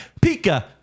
Pika